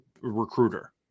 recruiter